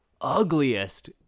ugliest